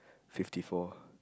fifty four